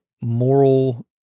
moral